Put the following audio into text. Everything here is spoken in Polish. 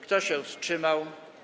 Kto się wstrzymał?